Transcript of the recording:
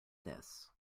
this